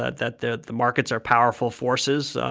that that the the markets are powerful forces.